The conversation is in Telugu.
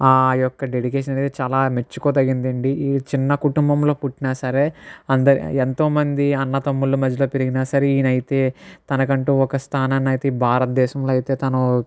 ఆ యొక్క డెడికేషన్ అనేది చాలా మెచ్చుకోతగినది అండి ఈ చిన్న కుటంబంలో పుట్టినా సరే అంద ఎంతోమంది అన్నతమ్ముల మధ్య పెరిగినా సరే ఈయన అయితే తనకంటూ ఒక స్థానాన్ని అయితే ఈ భారతదేశంలో అయితే తను